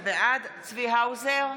בעד צבי האוזר,